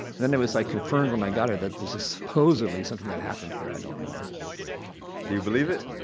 and then, it was like confirmed when i got here that this is supposedly something that happened here. i don't know do you believe it?